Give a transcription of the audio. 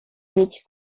mieć